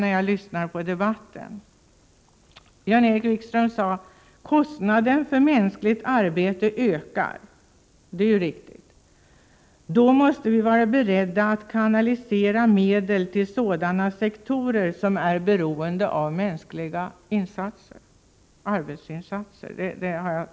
Enligt vad jag har nedskrivet sade Jan-Erik Wikström i sitt inlägg att kostnaden för mänsklig arbetskraft ökar — och det är ju riktigt — och då måste vi vara beredda att kanalisera medel till sådana sektorer som är beroende av mänskliga arbetsinsatser.